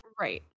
Right